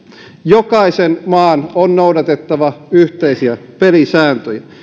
jokaisen maan on noudatettava yhteisiä pelisääntöjä